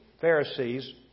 Pharisees